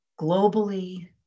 globally